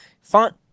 Font